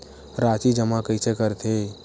राशि जमा कइसे करथे?